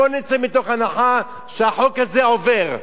בוא נצא מתוך הנחה שהחוק הזה עובר.